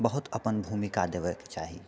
बहुत अपन भूमिका देबैक चाही